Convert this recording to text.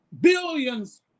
Billions